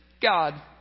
God